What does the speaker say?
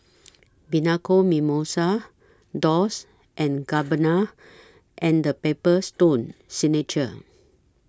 Bianco Mimosa Dolce and Gabbana and The Paper Stone Signature